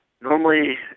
normally